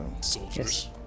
soldiers